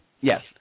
Yes